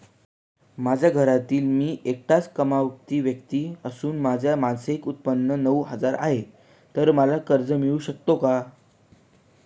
माझ्या घरातील मी एकटाच कमावती व्यक्ती असून माझे मासिक उत्त्पन्न नऊ हजार आहे, तर मला कर्ज मिळू शकते का?